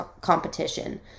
competition